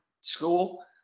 school